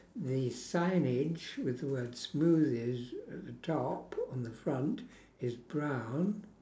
the signage with the word smoothies at the top on the front is brown